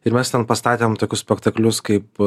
ir mes ten pastatėm tokius spektaklius kaip